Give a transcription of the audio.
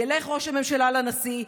ילך ראש הממשלה לנשיא,